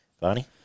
Barney